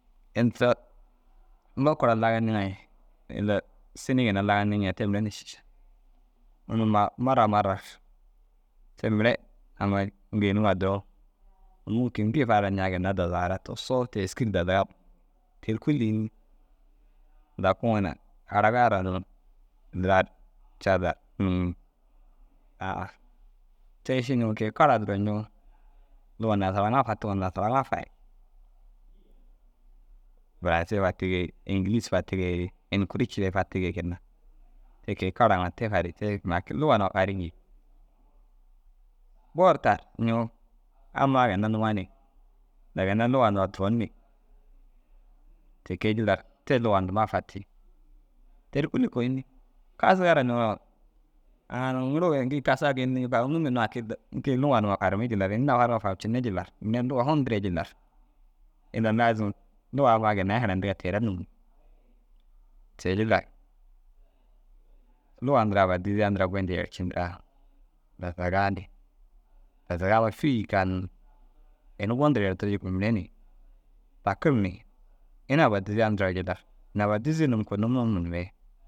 Ini tira lokor lagindiŋa ye ille sinii ginna lagindinii ñiŋa te mire na šiša. Unnu ma marra marra ru te mire amma gênuu- a duro mûŋkin gii fara ru ñaa ginna dazagara tugusoo te êski ru dazaga. Te ru kûlli înni? Dakuŋo na araga ara unnu ndiraar Cadaa ru nûŋii. ̧A- a, te ši nuŋoo ke- i kara u duro ñoo luga nasaŋa fatigoo nasaraŋa fayi. Furase ru fatigii îŋgilis fatigei ini kuri cire fatigei ginna te ke- i karaa ŋa te farii. Te ma kii luga numa fariiñii. Boo ru tar ñoo ammaa ginna nuwa ni inda ginna luga nduma turon ni. Ti kee jillar te luga nduma fatii. Te ru kûlli koo înni? Kasiga ara niyaa waa aŋ nuŋu ŋiruure gii kasiga geendii ñikoo aŋ num hinnoo haki gii lugaa numa farimmi jillar ini inda faruŋo faam cinne jillar mire na luga hun dîre jillar inda laazum lugaa ammaa ginnai harayindigaa te raa nûŋii. Te- i jillar luga ndiraa aba diziya ndiraa goyindu yercindiraa dazagaa di, dazagaa amma fî yikaan ini gondir yertirii yikuu mire ni dakir ni ini aba diziya ndiraa u jillar. Ini aba dizii numuu koo numuu munumee.